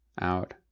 Out